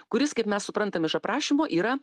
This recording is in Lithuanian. kuris kaip mes suprantam iš aprašymo yra